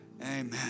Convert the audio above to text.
Amen